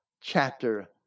chapter